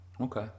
Okay